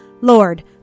Lord